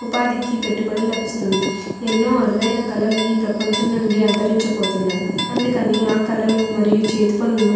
ఉపాధికి పెట్టుబడి లభిస్తుంది ఎన్నో అరుదైన కళలు ఈ ప్రపంచంలో నుండి అంతరించి పోతున్నాయి అందుకని ఆ కళలు మరియు చేతి పనులు